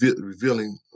revealing